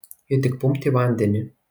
ji tik pumpt į vandenį